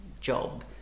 job